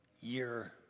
year